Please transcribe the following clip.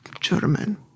German